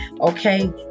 Okay